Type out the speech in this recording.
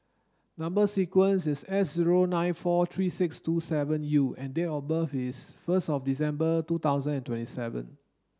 number sequence is S zero nine four three six two seven U and date of birth is first of December two thousand and twenty seven